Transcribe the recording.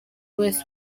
wese